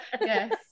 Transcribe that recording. yes